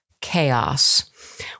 chaos